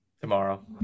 Tomorrow